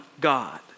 God